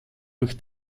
durch